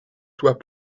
soient